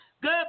Good